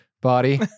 body